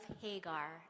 Hagar